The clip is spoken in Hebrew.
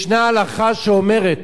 ישנה הלכה שאומרת: